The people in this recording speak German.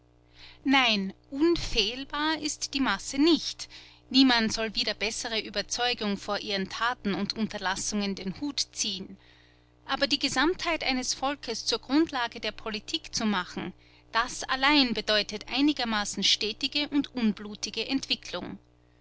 nein unfehlbar ist die masse nicht niemand soll wider bessere überzeugung vor ihren taten und unterlassungen den hut ziehen aber die gesamtheit eines volkes zur grundlage der politik zu machen das allein bedeutet einigermaßen stetige und unblutige entwicklung